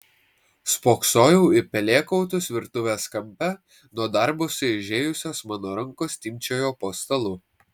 spoksojau į pelėkautus virtuves kampe nuo darbo sueižėjusios mano rankos timpčiojo po stalu